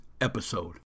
episode